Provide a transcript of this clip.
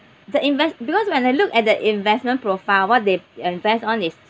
the invest because when I look at the investment profile what they uh invest on is